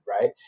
right